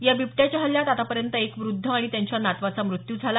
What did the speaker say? या बिबट्याच्या हल्ल्यात आतापर्यंत एक वृद्ध आणि त्यांच्या नातवाचा मृत्यू झाला